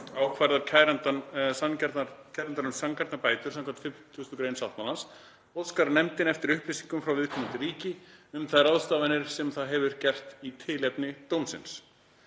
ákvarðar kærandanum sanngjarnar bætur samkvæmt 50. gr. sáttmálans óskar nefndin eftir upplýsingum frá viðkomandi ríki um þær ráðstafanir sem það hefur gert í tilefni dómsins.